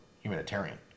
humanitarian